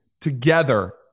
together